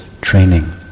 training